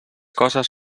coses